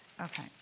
Okay